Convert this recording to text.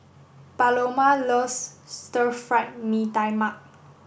Paloma loves stir fried Mee Tai Mak